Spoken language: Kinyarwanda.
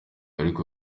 ariko